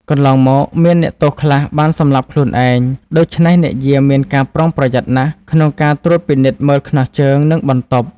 កន្លងមក មានអ្នកទោសខ្លះបានសម្លាប់ខ្លួនឯង ដូច្នេះអ្នកយាមមានការប្រុងប្រយ័ត្នណាស់ក្នុងការត្រួតពិនិត្យមើលខ្នោះជើង និងបន្ទប់ ។